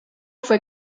fue